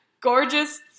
gorgeous